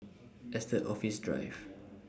Estate Office Drive